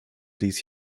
dies